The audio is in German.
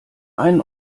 einen